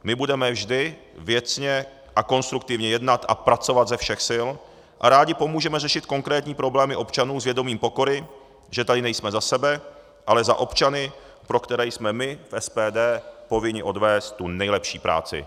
My budeme vždy věcně a konstruktivně jednat a pracovat ze všech sil a rádi pomůžeme řešit konkrétní problémy občanů s vědomím pokory, že tady nejsme za sebe, ale za občany, pro které jsme my v SPD povinni odvést tu nejlepší práci.